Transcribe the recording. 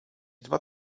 dwa